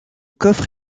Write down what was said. coffre